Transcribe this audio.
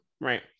right